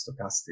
stochastic